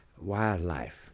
Wildlife